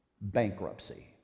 bankruptcy